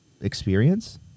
experience